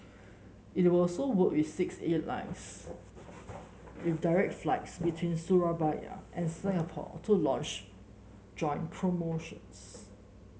it were so work with six airlines with direct flights between Surabaya and Singapore to launch joint promotions